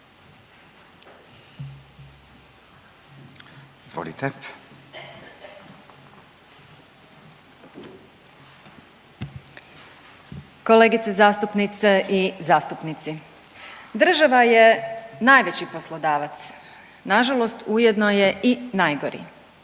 Kolegice zastupnice i zastupnici, država je najveći poslodavac, nažalost ujedno je i najgori